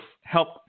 help